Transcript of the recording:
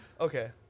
Okay